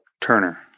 turner